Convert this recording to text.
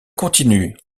continue